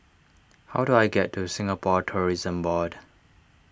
how do I get to Singapore Tourism Board